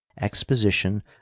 exposition